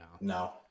no